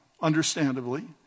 understandably